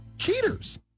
cheaters